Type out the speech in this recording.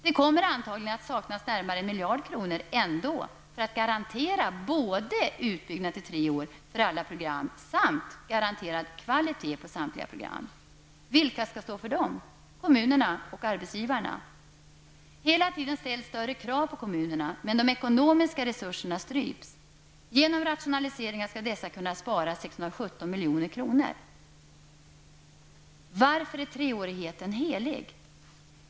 Det kommer antagligen att saknas närmare 1 miljard kronor ändå för att man skall kunna garantera både utbyggnad till tre år för alla program samt god kvalitet på samtliga program. Vilka skall stå för dessa pengar? Är det kommunerna och arbetsgivarna? Hela tiden ställs större krav på kommunerna men de ekonomiska resurserna stryps. Man skall genom dessa rationaliseringar kunna spara 617 milj.kr. Varför är treårigheten helig?